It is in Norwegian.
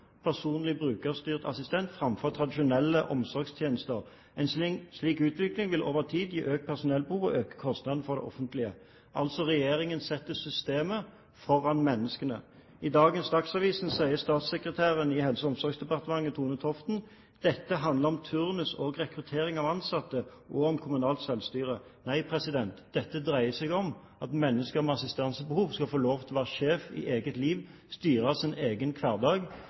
brukerstyrt personlig assistent framfor tradisjonelle omsorgstjenester. En slik utvikling vil over tid gi økt personellbehov og økte kostnader for det offentlige – regjeringen setter altså systemet foran menneskene. I dagens Dagsavisen sier statssekretær Tone Toften i Helse- og omsorgsdepartementet: «Det handler om turnus og rekruttering av ansatte, og om kommunalt selvstyre.» Nei, president, dette dreier seg om at mennesker med assistansebehov skal få lov til å være sjef i eget liv og styre sin egen hverdag.